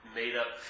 made-up